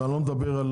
ואני לא מדבר על